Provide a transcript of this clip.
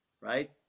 right